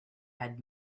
had